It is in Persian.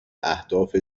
اهداف